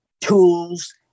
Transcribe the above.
tools